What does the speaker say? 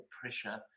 pressure